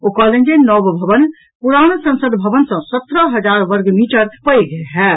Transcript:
ओ कहलनि जे नव भवन पुरान संसद भवन सँ सत्रह हजार वर्गमीटर पैघ होयत